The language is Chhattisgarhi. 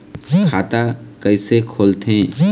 खाता कइसे खोलथें?